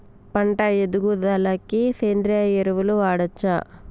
పంట ఎదుగుదలకి సేంద్రీయ ఎరువులు వాడచ్చా?